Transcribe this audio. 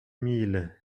mille